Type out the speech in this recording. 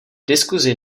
diskuzi